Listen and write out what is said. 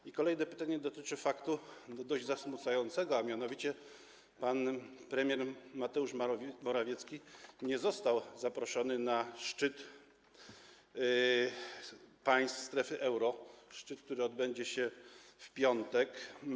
I kolejne pytanie dotyczy faktu dość zasmucającego, a mianowicie pan premier Mateusz Morawiecki nie został zaproszony na szczyt państw strefy euro, który odbędzie się w piątek.